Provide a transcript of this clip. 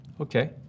Okay